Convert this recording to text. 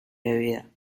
bebida